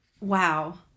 Wow